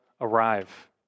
arrive